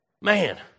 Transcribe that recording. Man